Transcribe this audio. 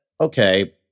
okay